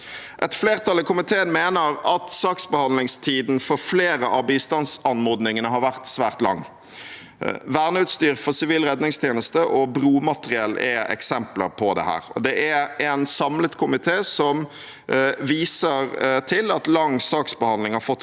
Et flertall i komiteen mener at saksbehandlingstiden for flere av bistandsanmodningene har vært svært lang. Verneutstyr for sivil redningstjeneste og bromateriell er eksempler på dette. En samlet komité viser til at lang saksbehandlingstid har fått